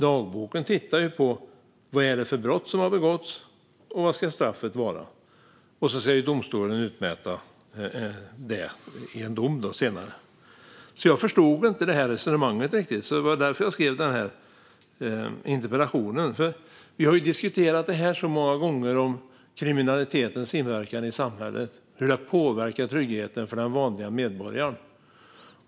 Lagboken avgör vilket straffet ska vara för det brott som har begåtts. Sedan ska domstolen utmäta straffet i en dom. Jag förstod inte riktigt Mikael Dambergs resonemang. Det var därför jag skrev denna interpellation. Vi har ju så många gånger diskuterat kriminalitetens inverkan i samhället och hur den påverkar tryggheten för den vanliga medborgaren.